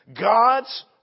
god's